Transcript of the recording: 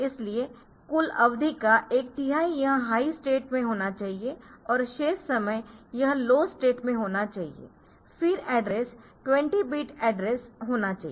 इसलिए कुल अवधि का एक तिहाई यह हाई स्टेट में होना चाहिए और शेष समय यह लो स्टेट में होना चाहिए फिर एड्रेस 20 बिट एड्रेस होना चाहिए